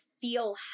feel